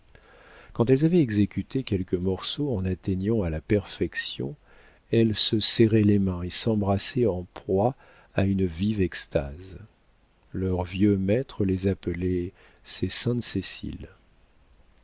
quand elles avaient exécuté quelques morceaux en atteignant à la perfection elles se serraient les mains et s'embrassaient en proie à une vive extase leur vieux maître les appelait ses saintes céciles